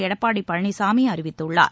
எடப்பாடி பழனிசாமி அறிவித்துள்ளார்